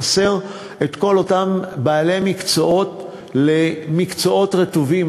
חסרים כל אותם בעלי מקצוע במקצועות רטובים,